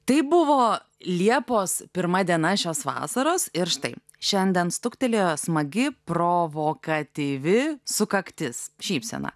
tai buvo liepos pirma diena šios vasaros ir štai šiandien stuktelėjo smagi provokatyvi sukaktis šypsena